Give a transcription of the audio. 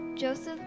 Joseph